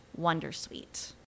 wondersuite